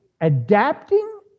adapting